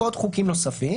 ועוד חוקים נוספים.